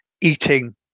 eating